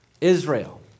Israel